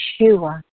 Yeshua